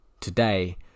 today